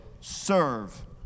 serve